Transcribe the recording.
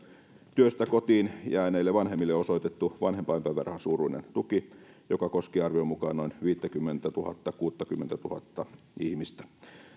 työstä kotiin jääneille vanhemmille osoitettu vanhempainpäivärahan suuruinen tuki joka koskee arvion mukaan noin viittäkymmentätuhatta viiva kuuttakymmentätuhatta ihmistä